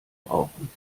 rauchen